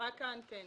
רק האנטנה.